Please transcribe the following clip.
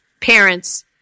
parents